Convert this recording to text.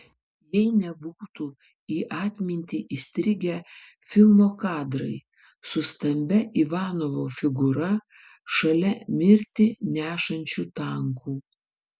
jei nebūtų į atmintį įstrigę filmo kadrai su stambia ivanovo figūra šalia mirtį nešančių tankų